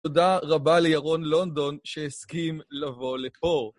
תודה רבה לירון לונדון שהסכים לבוא לפה.